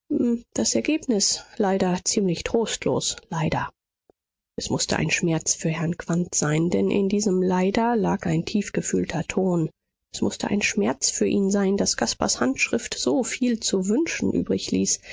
das ergebnis leider ziemlich trostlos leider es mußte ein schmerz für herrn quandt sein denn in diesem leider lag ein tiefgefühlter ton es mußte ein schmerz für ihn sein daß caspars handschrift so viel zu wünschen